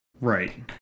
Right